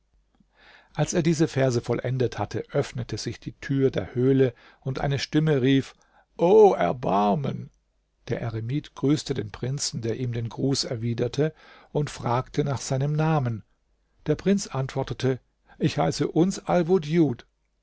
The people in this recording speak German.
als er diese verse vollendet hatte öffnete sich die tür der höhle und eine stimme rief o erbarmen der eremit grüßte den prinzen der ihm den gruß erwiderte und fragte nach seinem namen der prinz antwortete ich heiße uns alwudjud